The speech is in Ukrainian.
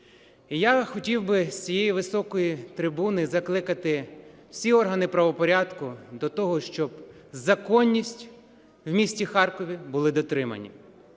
І я хотів би з цієї високої трибуни закликати всі органи правопорядку до того, щоб законність в місті Харкові була дотримана.